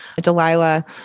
Delilah